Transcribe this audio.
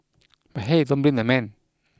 but hey don't blame the man